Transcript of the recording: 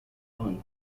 fun